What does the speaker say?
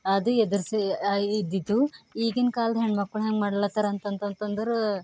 ಅದು ಎದುರ್ಸಿ ಇದ್ದಿತ್ತು ಈಗಿನ ಕಾಲದ ಹೆಣ್ಮಕ್ಳು ಹೆಂಗೆ ಮಾಡ್ಲತ್ತರ ಅಂತಂತಂದರೆ